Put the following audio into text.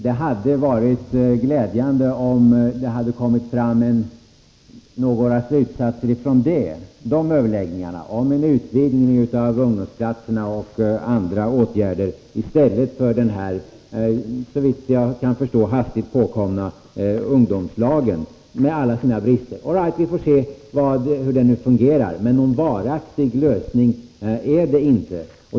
Det hade varit Måndagen den glädjande om de överläggningarna hade lett till en utvidgning av ungdoms 7 november 1983 platserna och andra åtgärder, i stället för den här såvitt jag kan förstå hastigt påkomna ungdomslagen, med alla sina brister. Allright: vi får se hur den Om innebörden av fungerar. Men någon varaktig lösning är den inte.